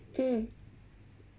mm